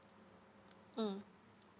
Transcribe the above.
mm